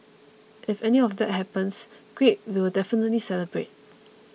if any of that happens great we will definitely celebrate